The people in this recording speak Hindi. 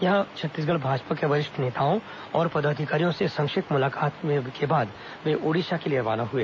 यहां छत्तीसगढ़ भाजपा के वरिष्ठ नेताओं और पदाधिकारियों से संक्षिप्त मुलाकात के बाद वे ओडिशा के लिए रवाना हुए